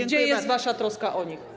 Gdzie jest wasza troska o nich?